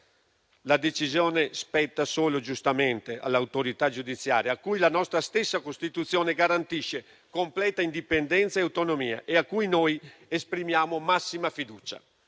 La decisione spetta solo, giustamente, all'autorità giudiziaria a cui la nostra stessa Costituzione garantisce completa indipendenza e autonomia e a cui noi esprimiamo massima fiducia.